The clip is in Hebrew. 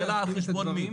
השאלה על חשבון מי.